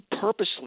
purposely